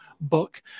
book